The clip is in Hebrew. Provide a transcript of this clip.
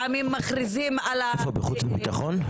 בוועדת חוץ וביטחון?